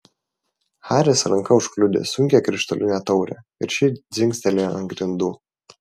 haris ranka užkliudė sunkią krištolinę taurę ir ši dzingtelėjo ant grindų